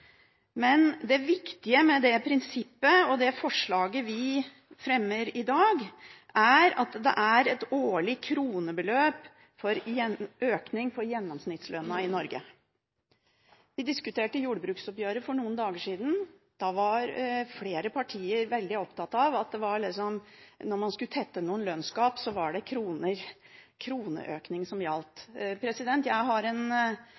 Men det viktige med det prinsippet og det forslaget vi fremmer i dag, er at det er et årlig kronebeløp i økning for gjennomsnittslønna i Norge. Vi diskuterte jordbruksoppgjøret for et par dager siden. Da var flere partier veldig opptatt av at når man skulle tette lønnsgap, var det kroneøkning som gjaldt. Jeg har en